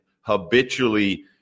habitually